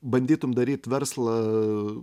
bandytum daryt verslą